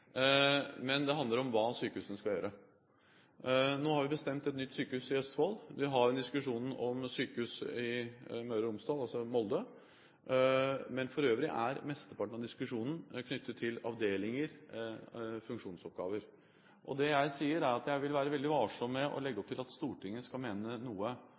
men det handler om hva sykehusene skal gjøre. Nå har vi bestemt et nytt sykehus i Østfold. Vi har en diskusjon om sykehus i Møre og Romsdal, altså i Molde. Men for øvrig er mesteparten av diskusjonen knyttet til avdelinger og funksjonsoppgaver. Det jeg sier, er at jeg vil være veldig varsom med å legge opp til at Stortinget skal mene noe